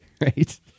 right